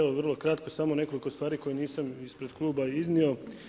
Vrlo, kratko samo nekoliko stvari koje nisam ispred Kluba iznio.